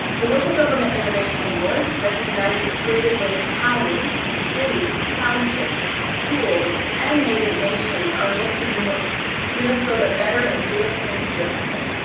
the local government innovation awards recognizes creative ways counties, cities, townships, schools, and native nations are making minnesota better and doing things differently.